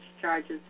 charges